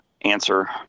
answer